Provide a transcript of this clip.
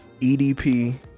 EDP